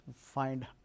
find